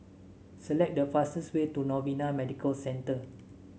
select the fastest way to Novena Medical Center